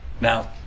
Now